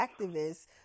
activists